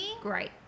Great